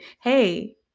hey